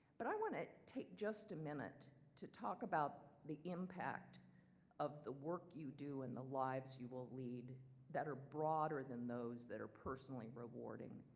but i wanna take just a minute to talk about the impact of the work you do in the lives you will lead are broader than those that are personally rewarding.